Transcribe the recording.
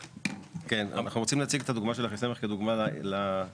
אנחנו רוצים להציג את הדוגמה של אחיסמך כדוגמה לבעייתיות.